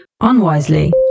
unwisely